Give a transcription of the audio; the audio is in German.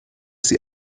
sie